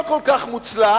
לא כל כך מוצלח,